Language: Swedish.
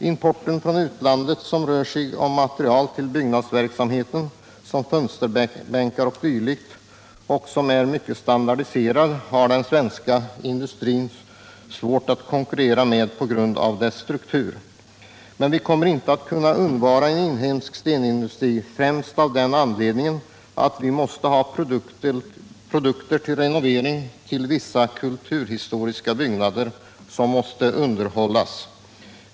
Importen från utlandet — den rör sig om material till byggnadsverksamheten som fönsterbänkar o. d. som är standardiserat — har den svenska industrin svårt att konkurrera med på grund av dess struktur. Men vi kommer inte att kunna undvara en inhemsk stenindustri, främst av den anledningen att vi behöver produkter till renoveringsarbeten på vissa kulturhistoriska byggnader som måste underhållas.